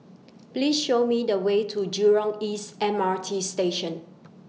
Please Show Me The Way to Jurong East M R T Station